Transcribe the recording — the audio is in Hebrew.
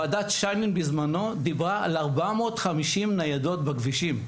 ועדת שיינין בזמנו דיברה על 450 ניידות בכבישים.